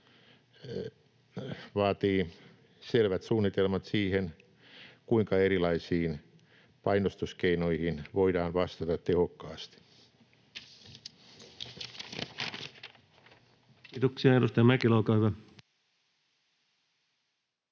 vaatii selvät suunnitelmat siihen, kuinka erilaisiin painostuskeinoihin voidaan vastata tehokkaasti. [Speech